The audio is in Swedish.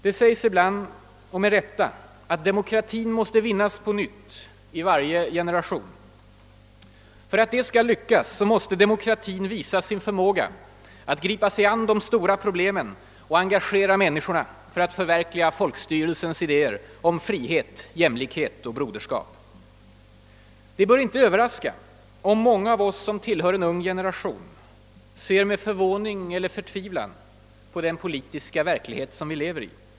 Det sägs ibland, och med rätta, att demokratin måste vinnas på nytt i varje generation. För att det skall lyckas måste demokratin visa sin förmåga att gripa sig an de stora problemen och engagera människorna för att förverkliga folkstyrelsens idéer om frihet, jämlikhet och broderskap. Det bör då inte överraska om många av oss som tillhör en ung generation ser med förvåning eller förtvivlan på den politiska verklighet vi lever i.